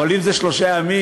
אבל אם זה שלושה ימים,